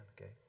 okay